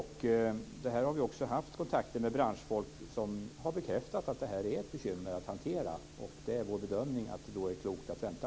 Här har vi haft kontakter med branschfolk som bekräftar att detta är ett bekymmer att hantera. Det är då vår bedömning att det är klokt att vänta.